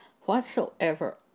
whatsoever